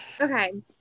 Okay